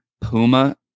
Puma